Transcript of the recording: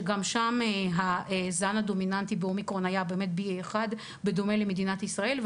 שגם שם הזן הדומיננטי באומיקרון היה באמת BA.1 בדומה למדינת ישראל,